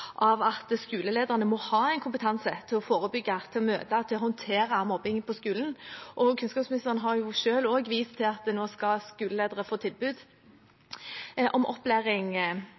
av at skolelederne må ha kompetanse til å forebygge, møte og håndtere mobbing på skolen. Kunnskapsministeren har også selv vist til at skoleledere nå skal få tilbud om opplæring.